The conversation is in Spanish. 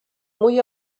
muy